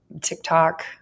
TikTok